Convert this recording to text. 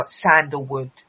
sandalwood